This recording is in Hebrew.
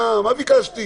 מה ביקשתי?